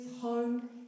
home